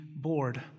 bored